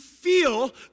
feel